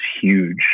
huge